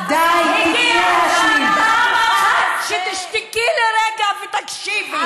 הגיע הזמן פעם אחת שתשתקי לרגע ותקשיבי,